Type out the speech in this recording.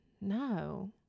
no